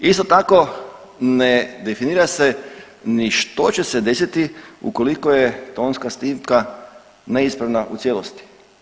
Isto tako ne definira se ni što će se desiti ukoliko je tonska snimka neispravna u cijelosti.